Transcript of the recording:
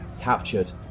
captured